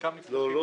חלקם --- זה היה